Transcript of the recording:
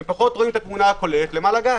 הם פחות רואים את התמונה הכוללת למה לגעת?